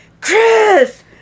Chris